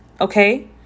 Okay